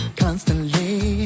constantly